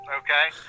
okay